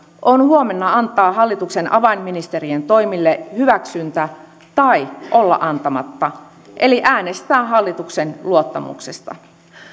on huomenna antaa hallituksen avainministerien toimille hyväksyntä tai olla antamatta eli äänestää hallituksen luottamuksesta